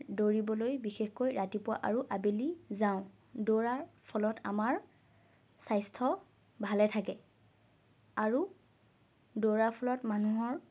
দৌৰিবলৈ বিশেষকৈ ৰাতিপুৱা আৰু আবেলি যাওঁ দৌৰাৰ ফলত আমাৰ স্বাস্থ্য ভালে থাকে আৰু দৌৰাৰ ফলত মানুহৰ